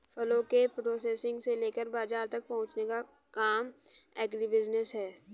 फलों के प्रोसेसिंग से लेकर बाजार तक पहुंचने का काम एग्रीबिजनेस है